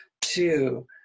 two